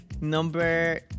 number